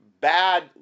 bad